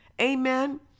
Amen